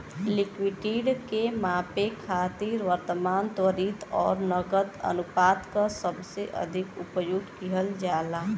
liquidity के मापे खातिर वर्तमान, त्वरित आउर नकद अनुपात क सबसे अधिक उपयोग किहल जाला